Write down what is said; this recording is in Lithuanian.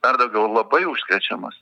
dar daugiau labai užkrečiamas